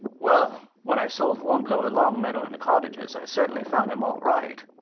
well, when i sold hornblower longmeadow and the cottages, i certainly found him all right.